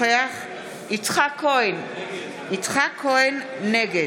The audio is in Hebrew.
מבחינת הרוחב, לא יפה כל הזמן להגיד